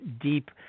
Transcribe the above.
deep